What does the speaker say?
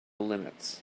limits